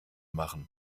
machen